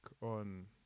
on